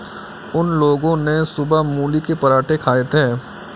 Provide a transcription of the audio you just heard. उन लोगो ने सुबह मूली के पराठे खाए थे